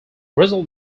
result